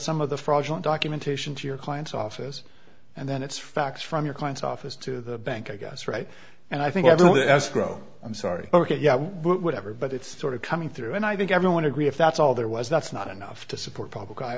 some of the fraudulent documentation to your client's office and then it's fax from your client's office to the bank i guess right and i think the escrow i'm sorry ok yeah whatever but it's sort of coming through and i think everyone agrees if that's all there was that's not enough to support public i